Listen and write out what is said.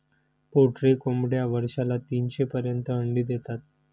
poultry कोंबड्या वर्षाला तीनशे पर्यंत अंडी देतात